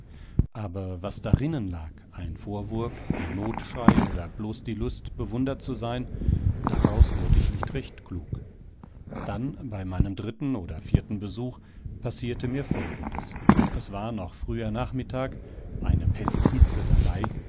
aber was darinnen lag ein vorwurf ein notschrei oder bloß die lust bewundert zu sein daraus wurd ich nicht recht klug dann bei meinem dritten oder vierten besuch passierte mir folgendes es war noch früher nachmittag eine pesthitze dabei